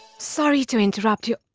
sorry to interrupt your,